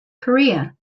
korea